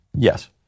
Yes